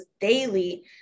daily